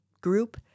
group